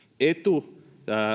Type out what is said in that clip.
etu